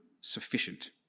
sufficient